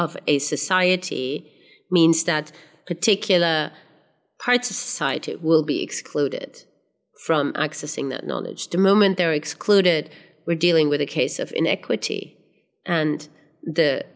of a society means that particular parts of society will be excluded from accessing that knowledge the moment they're excluded we're dealing with a case of inequity and the